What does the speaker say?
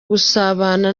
gusabana